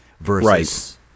Versus